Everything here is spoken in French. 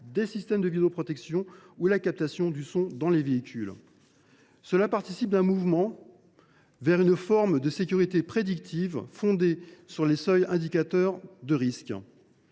des systèmes de vidéoprotection ainsi que la captation du son dans les véhicules. Cela participe d’un mouvement vers une forme de sécurité prédictive, fondée sur les seuls indicateurs de risques.